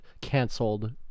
canceled